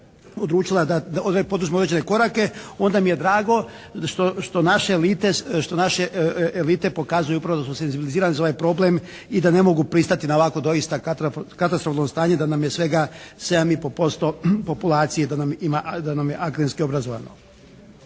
odlučila da poduzme određene korake onda mi je drago što naše elite pokazuju upravo da smo senzibilizirani na ovaj problem i da ne mogu pristati na ovako doista katastrofalno stanje da nam je svega 7 i po posto populacije, da nam ima, da nam je akademski obrazovano.